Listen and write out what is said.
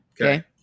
Okay